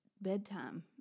bedtime